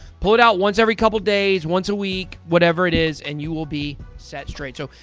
pull it out once every couple days, once a week, whatever it is, and you will be set straight. so,